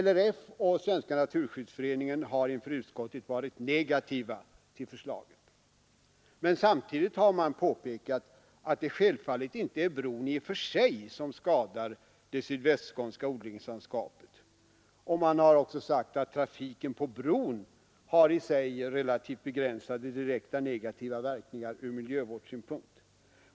LRF och Svenska naturskyddsföreningen har inför utskottet varit negativa till förslaget men har samtidigt påpekat att det självfallet inte är bron i och för sig som skadar det sydvästskånska odlingslandskapet. Man har även sagt att trafiken på bron i sig har relativt begränsade direkta negativa verkningar från miljövårdssynpunkt.